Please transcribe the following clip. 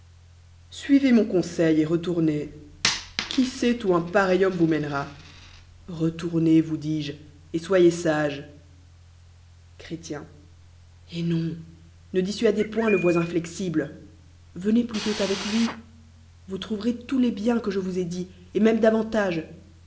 luiv mon conseil et retooroeai qui si ou un pareil homme vous mêne retournez vous dis jep et soyez sage chrétien eh non ne dissuadez point le voisin flexible venez plutôt avec lui vous trouverez tous les biens que je vous ai ditsj et même davantage